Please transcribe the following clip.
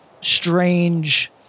strange